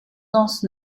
danses